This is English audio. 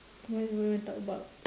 what do you want talk about